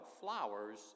flowers